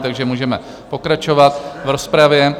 Takže můžeme pokračovat v rozpravě.